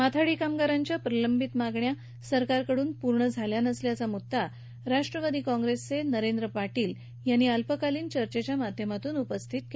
माथाडी कामगारांच्या प्रलंबित मागण्या सरकारकडून अद्यापही पूर्ण झाल्या नसल्याचा मुद्दा राष्ट्रवादी काँग्रेसचे नरेंद्र पाटील यांनी अल्पकालीन चर्चेच्या माध्यमातून उपस्थित केला होता